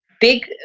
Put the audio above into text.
big